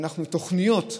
התוכניות,